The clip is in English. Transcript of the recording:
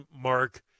Mark